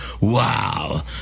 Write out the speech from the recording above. wow